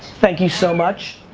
thank you so much.